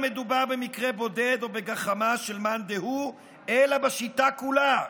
לא מדובר במקרה בודד או בגחמה של מאן דהו אלא בשיטה כולה,